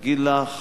להגיד לך